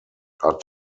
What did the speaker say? are